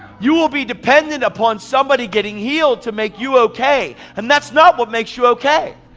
you'll be dependent upon somebody getting healed to make you okay. and that's not what makes you okay.